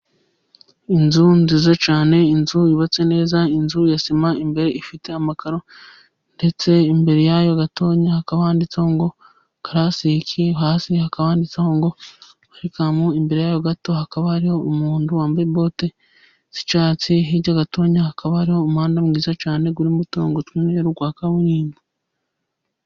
Inzu nziza cyane, inzu yubatse neza, inzu ya sima imbere ifite amakaro ndetse imbere y'ayo gatonya, hakaba handitseho ngo karasike, hasi hakaba handitseho ngo werikamu, imbere yaho gatonya hakaba hariho umuntu wambaye bote z'icyatsi, hirya gatonya hakaba hari umuhanda mwiza cyane urimo uturongo tw'umweru twa kaburimbo.